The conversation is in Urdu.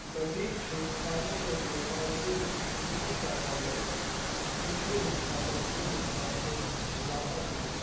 مزید چھوٹ پانے کے لیے نائسل کھجلی کا پاؤڈر پریکلی ہیٹ پاؤڈر کی مقدار میں اضافہ کریں